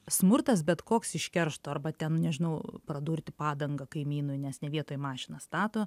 smurtas bet koks iš keršto arba ten nežinau pradurti padangą kaimynui nes ne vietoj mašiną stato